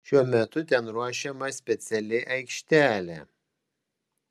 šiuo metu ten ruošiama speciali aikštelė